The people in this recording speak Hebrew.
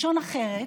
לשון אחרת,